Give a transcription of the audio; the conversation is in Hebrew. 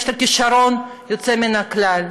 יש לו כישרון יוצא מן הכלל.